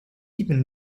even